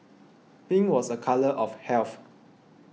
pink was a colour of health